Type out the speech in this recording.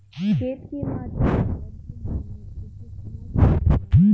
खेत के माटी जानवर के मल मूत्र से खराब हो जाला